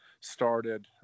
started